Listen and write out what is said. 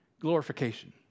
Glorification